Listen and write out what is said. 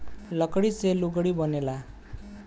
लकड़ी से लुगड़ी बनेला